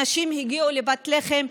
אנשים הגיעו לפת לחם,